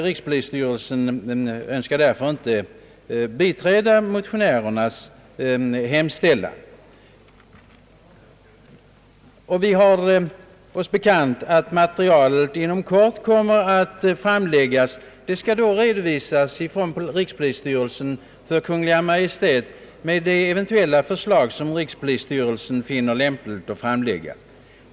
Rikspolisstyrelsen önskar därför inte biträda motionärernas hemställan. Vi har oss bekant att materialet kommer att framläggas inom kort. Rikspolisstyrelsen skall då redovisa materialet för Kungl. Maj:t med de eventuella förslag som rikspolisstyrelsen finner lämpligt att framlägga.